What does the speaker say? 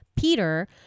Peter